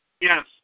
Yes